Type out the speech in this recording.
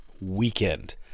Weekend